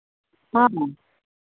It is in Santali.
ᱦᱮᱸ